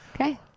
Okay